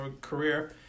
career